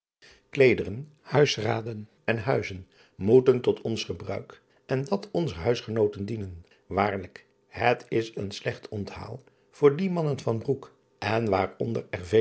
leederen huisdaren en huizen moeten tot ons gebruik en dat onzer huisgenooten dienen aarlijk het is een slecht onthaal voor die mannen van roek en waaronder er